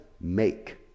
make